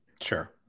Sure